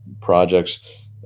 projects